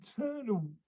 internal